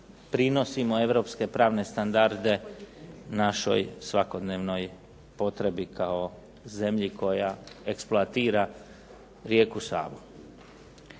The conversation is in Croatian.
prinosimo europske pravne standarde našoj svakodnevnoj potrebi kao zemlji koja eksploatira rijeku Savu.